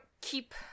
keep